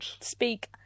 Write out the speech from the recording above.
speak